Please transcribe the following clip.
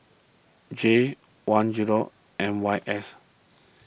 J one zero M Y S